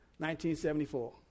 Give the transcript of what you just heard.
1974